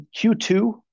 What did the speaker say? Q2